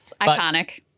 Iconic